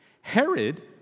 Herod